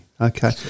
Okay